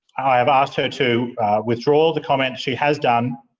i have asked her to withdraw the comment. she has done